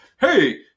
hey